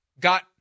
got